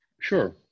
Sure